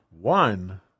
One